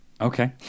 okay